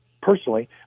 personally